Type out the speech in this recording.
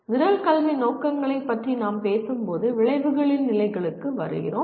நிரல் கல்வி நோக்கங்களைப் பற்றி நாம் பேசும் போது விளைவுகளின் நிலைகளுக்கு வருகிறோம்